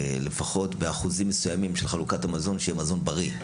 לפחות באחוזים מסוימים, שיהיה מזון בריא.